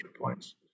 points